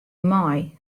mei